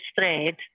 thread